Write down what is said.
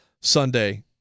Sunday